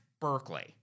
Berkeley